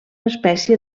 espècie